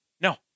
No